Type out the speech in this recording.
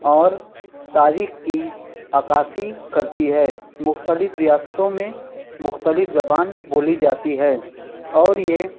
اور تاریخ کی عکّاسی کرتی ہے مختلف ریاستوں میں مختلف زبان بولی جاتی ہے اور یہ